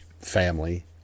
family